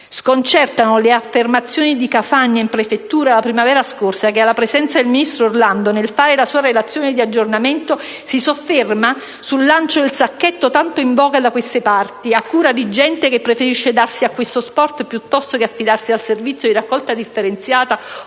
Sconcertano le affermazioni di Cafagna in prefettura la primavera scorsa che alla presenza del ministro Orlando, nel fare la sua relazione di aggiornamento, si sofferma sul «lancio del sacchetto tanto in voga da queste parti, a cura di gente che preferisce darsi a questo *sport* piuttosto che affidarsi al servizio di raccolta differenziata offerto